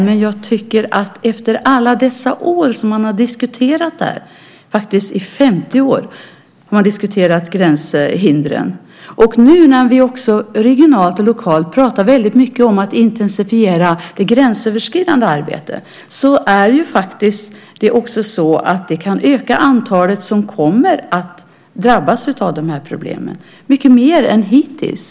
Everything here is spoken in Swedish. Men efter alla år som man diskuterat gränshindren - faktiskt i 50 år - och när vi nu också regionalt och lokalt väldigt mycket pratar om att intensifiera det gränsöverskridande arbetet är det faktiskt så att antalet människor som kommer att drabbas av de här problemen kan öka mycket mer än hittills.